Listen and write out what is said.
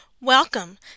Welcome